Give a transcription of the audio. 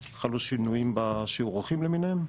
כי חלו שינוים בשיערוכים למיניהם?